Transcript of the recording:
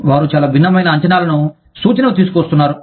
వారు చాలా భిన్నమైన అంచనాలను సూచనకు తీసుకువస్తున్నారు